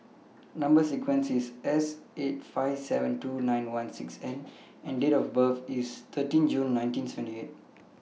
Number sequence IS S eight five seven two nine one six N and Date of birth IS thirteen June nineteen seventy eight